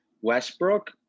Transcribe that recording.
Westbrook